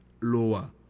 lower